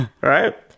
right